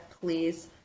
please